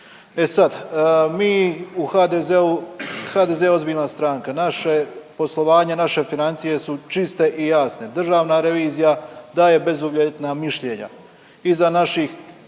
E sad, mi u HDZ-u, HDZ je ozbiljna stranka, naše poslovanje, naše financije su čiste i jasne, Državna revizija daje bezuvjetna mišljenja,